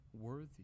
worthy